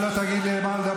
אתה לא תגיד לי על מה לדבר.